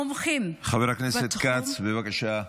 המומחים בתחום, חבר הכנסת כץ, בבקשה.